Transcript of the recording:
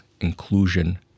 Inclusion